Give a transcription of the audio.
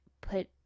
put